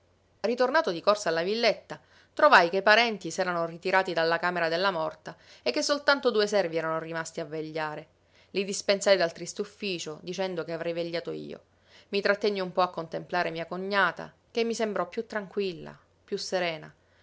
passare ritornato di corsa alla villetta trovai che i parenti s'erano ritirati dalla camera della morta e che soltanto due servi erano rimasti a vegliare i dispensai dal triste ufficio dicendo che avrei vegliato io i trattenni un po a contemplare mia cognata che mi sembrò piú tranquilla piú serena